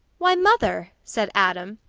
why, mother! said adam.